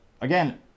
again